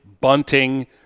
bunting